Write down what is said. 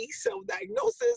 self-diagnosis